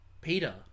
Peter